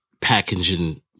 packaging